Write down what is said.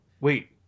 Wait